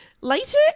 Later